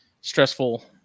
stressful